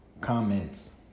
comments